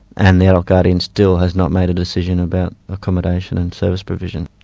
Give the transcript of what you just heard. and the adult guardian still has not made a decision about accommodation and service provision.